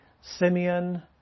Simeon